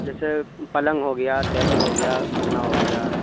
جیسے پلنگ ہو گیا ٹیبل ہو گیا النا ہو گیا